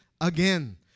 again